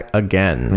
again